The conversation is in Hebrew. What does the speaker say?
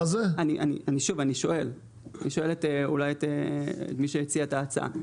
אבל, שוב, אני שואל את מי שהציע את ההצעה.